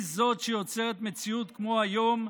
היא זאת שיוצרת מציאות כמו היום,